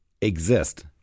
exist